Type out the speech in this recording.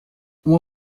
uma